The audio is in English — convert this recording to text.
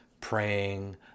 praying